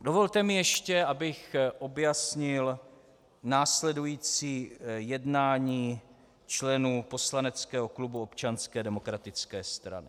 Dovolte mi ještě, abych objasnil následující jednání členů poslaneckého klubu Občanské demokratické strany.